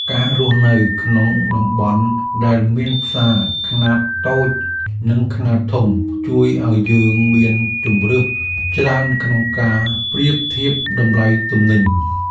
ការរស់នៅក្នុងតំបន់ដែលមានផ្សារខ្នាតតូចនិងខ្នាតធំជួយឱ្យយើងមានជម្រើសច្រើនក្នុងការប្រៀបធៀបតម្លៃទំនិញ។